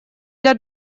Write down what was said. для